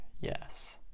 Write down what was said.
yes